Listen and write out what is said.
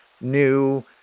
new